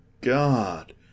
God